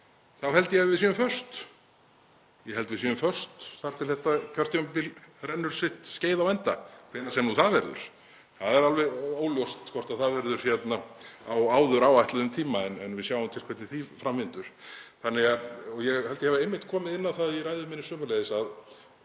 þá held ég að við séum föst. Ég held að við séum föst þar til þetta kjörtímabil rennur sitt skeið á enda, hvenær sem það verður. Það er alveg óljóst hvort það verður á áður áætluðum tíma, en við sjáum til hvernig því fram vindur. Ég held að ég hafi komið inn á það í ræðu minni sömuleiðis að